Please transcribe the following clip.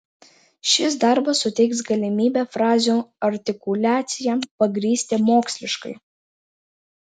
šis darbas suteiks galimybę frazių artikuliaciją pagrįsti moksliškai